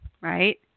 Right